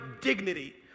dignity